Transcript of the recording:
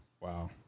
Wow